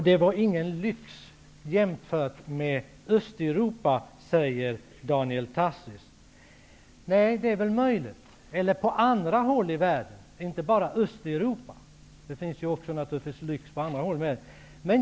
Det var ingen större lyx än i Östeuropa eller på andra håll i världen, säger Daniel Tarschys.